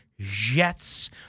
Jets